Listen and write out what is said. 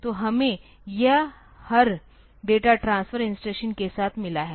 तो हमें यह हर डेटा ट्रांसफर इंस्ट्रक्शन के साथ मिला है